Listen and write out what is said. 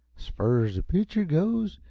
s' fur s the pitcher goes,